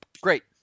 great